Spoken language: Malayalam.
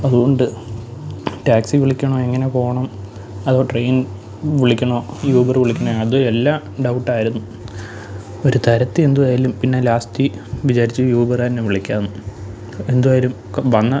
അതുകൊണ്ട് ടാക്സി വിളിക്കണോ എങ്ങനെ പോകണം അതോ ട്രെയിൻ വിളിക്കണോ യൂബർ വിളിക്കണേ അത് എല്ലാ ഡൗട്ടായിരുന്നു ഒരു തരത്തിൽ എന്തുമായാലും പിന്നെ ലാസ്റ്റിൽ വിചാരിച്ചു യൂബർ തന്നെ വിളിക്കാൻ എന്തുമായാലും ക വന്ന